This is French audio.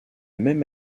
même